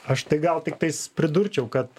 aš tai gal tiktais pridurčiau kad